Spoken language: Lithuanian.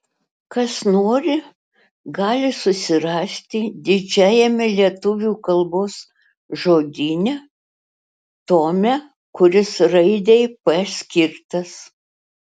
kas nori gali susirasti didžiajame lietuvių kalbos žodyne tome kuris raidei p skirtas